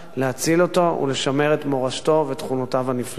להציל אותו ולשמר את מורשתו ותכונותיו הנפלאות.